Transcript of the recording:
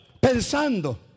Pensando